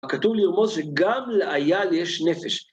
הכתוב לרמוז שגם לאייל יש נפש.